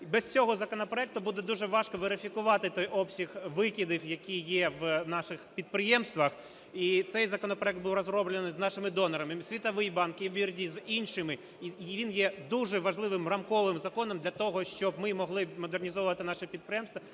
Без цього законопроекту буде дуже важко верифікувати той обсяг викидів, які є на наших підприємствах. І цей законопроект був розроблений з нашими донорами Світовим банком, EBRD, з іншими, і він є дуже важливим рамковим законом для того, щоб ми могли модернізовувати наші підприємства,